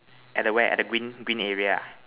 at the where at the green area ah